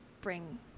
bring